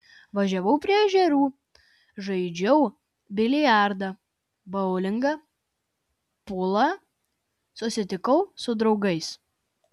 važiavau prie ežerų žaidžiau biliardą boulingą pulą susitikau su draugais